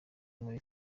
muri